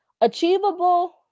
achievable